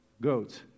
goats